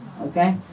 Okay